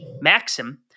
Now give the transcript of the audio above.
maxim